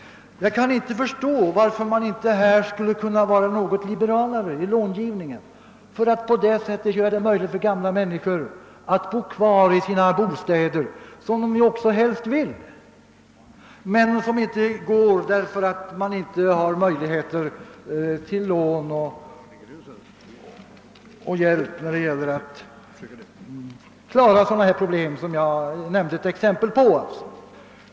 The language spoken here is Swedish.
Jag kan inte förstå varför man inte skulle kunna vara något liberalare i långivningen härvidlag för att på det sättet möjliggöra för gamla människor att bo kvar i sina bostäder, som de ju också helst vill göra. Nu kan de inte bo kvar därför att de inte har möjlighet att få lån och hjälp för att klara sådana problem som jag givit ett exempel på.